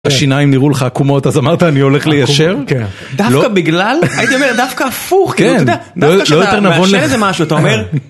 השיניים נראו לך עקומות, אז אמרת אני הולך ליישר? כן. דווקא בגלל? הייתי אומר דווקא הפוך. כן, אתה יודע דווקא כשאתה מעשן איזה משהו, אתה אומר...